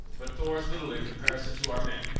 but thor is little in comparison to our men.